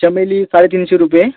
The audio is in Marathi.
चमेली साडेतीनशे रुपये